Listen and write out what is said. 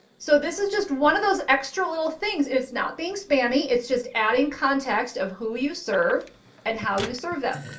so this is just one of those extra little things. it's not being spammy, it's just adding context of who you serve and how you serve them.